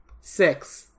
six